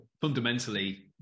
Fundamentally